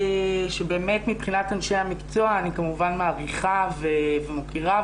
באמת מבחינת אנשי המקצוע אני כמובן מעריכה ומוקירה,